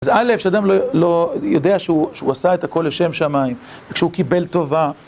אז א', שאדם לא, לא.. יודע שהוא, שהוא עשה את הכל לשם שמיים. כשהוא קיבל טובה